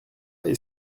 est